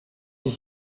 dix